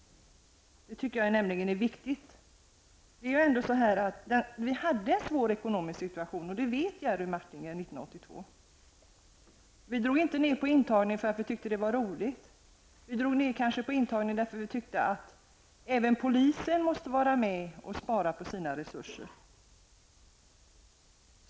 Det tycker jag nämligen är viktigt. Vi hade en svår ekonomisk situation 1982, och det vet Jerry Martinger. Vi drog inte ner på intagningen för att vi tyckte det var roligt. Vi drog kanske ner på intagningen därför att vi tyckte att även polisen måste vara med och spara på sina resurser.